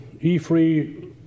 E-Free